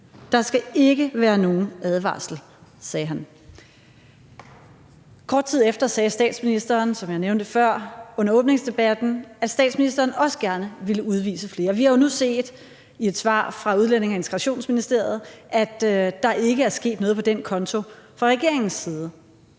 Der skal ikke være nogen advarsel, sagde han. Kort tid efter under åbningsdebatten sagde statsministeren, som jeg nævnte før, at statsministeren også gerne ville udvise flere. Vi har jo nu set i et svar fra Udlændinge- og Integrationsministeriet, at der ikke er sket noget på den konto fra regeringens side.